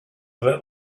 let